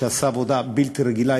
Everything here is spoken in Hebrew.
שעשה עבודה בלתי רגילה,